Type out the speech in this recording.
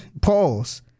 Pause